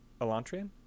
Elantrian